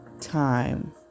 time